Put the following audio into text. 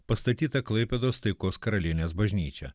pastatytą klaipėdos taikos karalienės bažnyčią